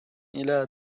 الى